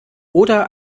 oder